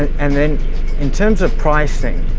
and then in terms of pricing,